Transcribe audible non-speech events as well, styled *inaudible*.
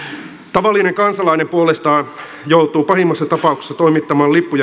tavallinen kansalainen puolestaan joutuu pahimmassa tapauksessa toimittamaan lippua *unintelligible*